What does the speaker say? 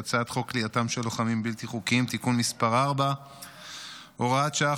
הצעת חוק כליאתם של לוחמים בלתי חוקיים (תיקון מס' 4 והוראת שעה,